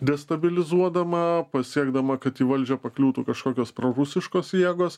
destabilizuodama pasiekdama kad į valdžią pakliūtų kažkokios prorusiškos jėgos